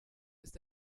ist